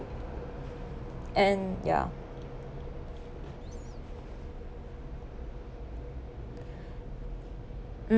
and ya